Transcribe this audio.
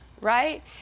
right